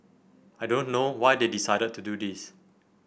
I don't know why they decided to do this